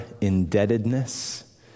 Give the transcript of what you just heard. indebtedness